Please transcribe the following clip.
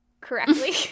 correctly